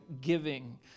giving